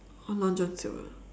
long john silver